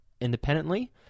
independently